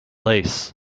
lace